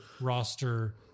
roster